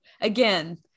again